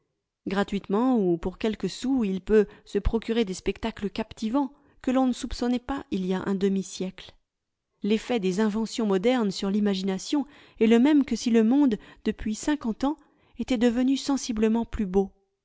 gratuitement ou pour quelques sous il peut se procurer des spectacles captivants que l'on ne soupçonnait pas il y a un demi-siècle l'effet des inventions modernes sur limag ination est le même que si le monde depuis cinquante ans était devenu sensiblement plus beau